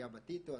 אליה בטיטו,